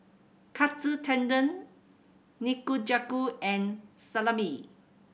Katsu Tendon Nikujaga and Salami